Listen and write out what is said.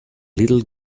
little